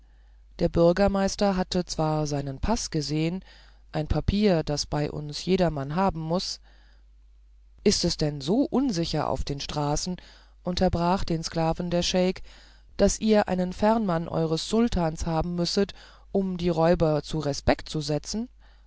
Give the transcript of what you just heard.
der bürgermeister hatte zwar seinen paß gesehen ein papier das bei uns jedermann haben muß ist es denn so unsicher auf den straßen unterbrach den sklaven der scheik daß ihr einen ferman eures sultan haben müsset um die räuber in respekt zu setzen